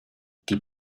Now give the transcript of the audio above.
die